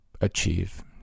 achieve